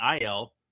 IL